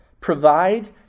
Provide